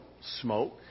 smoke